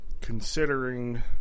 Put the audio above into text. considering